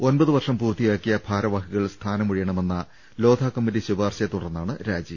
ഒൻപത് വർഷം പൂർത്തിയാക്കിയ ഭാരവാ ഹികൾ സ്ഥാനമൊഴിയണമെന്ന ലോധകമ്മറ്റി ശുപാർശ യെത്തുടർന്നാണ് രാജി